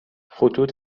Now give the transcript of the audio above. خطوط